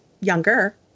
younger